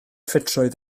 ffitrwydd